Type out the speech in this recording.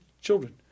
children